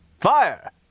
Fire